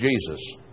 Jesus